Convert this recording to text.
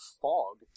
fog